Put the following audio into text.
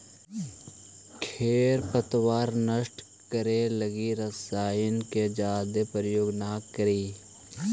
खेर पतवार नष्ट करे लगी रसायन के जादे प्रयोग न करऽ